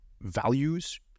values